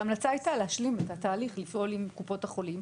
ההמלצה הייתה להשלים את התהליך: לפעול עם קופות החולים,